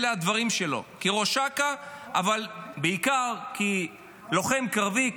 אלה הדברים שלו כראש אכ"א אבל בעיקר כלוחם קרבי,